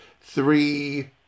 Three